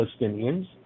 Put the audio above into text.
Palestinians